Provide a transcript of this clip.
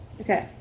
Okay